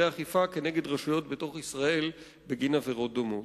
אכיפה כנגד רשויות בתוך ישראל בגין עבירות דומות.